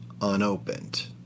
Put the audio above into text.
unopened